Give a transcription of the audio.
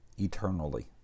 Eternally